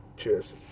Cheers